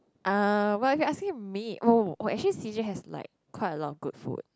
uh well if you're asking me oh oh actually C_J has like quite a lot of good food